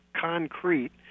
concrete